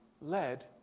led